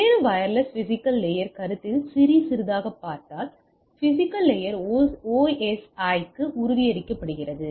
வெவ்வேறு wireless physical layer கருத்தில் சிறிது சிறிதாகப் பார்த்தால் பிஸிக்கல் லேயர் OSI க்கு உறுதிப்படுத்துகிறது